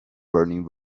burning